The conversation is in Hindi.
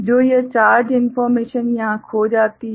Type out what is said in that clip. तो यह चार्ज इन्फोर्मेशन यहाँ खो जाती है